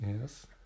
Yes